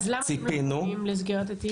אז למה אתם לא פונים לסגירת התיק?